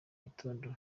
gitondo